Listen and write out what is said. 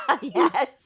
Yes